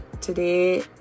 today